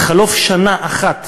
בחלוף שנה אחת